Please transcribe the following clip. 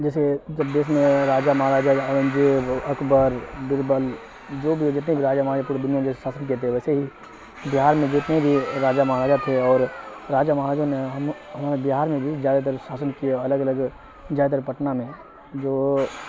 جیسے جب دیش میں راجا مہاراجہ آرنجیب اکبر بربل جو بھی جتنے بھی راجا مہاراجہ پوری دنیا ساسن کیے تھے ویسے ہی بہار میں جتنے بھی راجا مہاراجہ تھے اور راجا مہاراجوں نے ہم ہمارے بہار میں بھی جادہ تر ساسن کیا الگ الگ جادہ تر پٹنہ میں جو